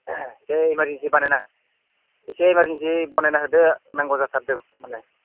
दे emergency बनायना एसे emergency बनायना होदो नांगौ जाथारदों माने